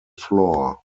floor